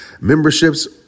memberships